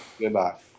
Goodbye